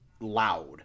loud